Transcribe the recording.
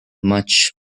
much